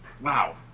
wow